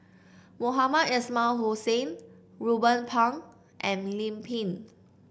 Mohamed Ismail Hussain Ruben Pang and Lim Pin